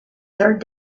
third